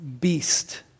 beast